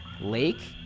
lake